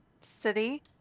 city